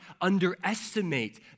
underestimate